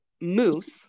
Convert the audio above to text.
moose